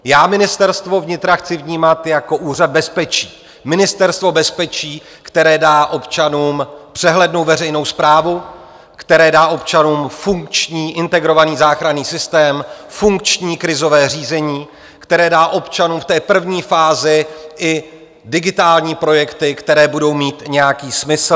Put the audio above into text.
Já Ministerstvo vnitra chci vnímat jako úřad bezpečí, ministerstvo bezpečí, které dá občanům přehlednou veřejnou správu, které dá občanům funkční integrovaný záchranný systém, funkční krizové řízení, které dá občanům v té první fázi i digitální projekty, které budou mít nějaký smysl.